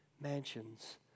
mansions